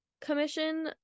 commission